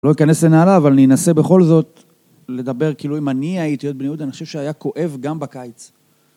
לא אכנס לנעלה אבל ננסה בכל זאת לדבר כאילו אם אני הייתי להיות בני יהודה אני חושב שהיה כואב גם בקיץ